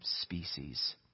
species